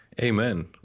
Amen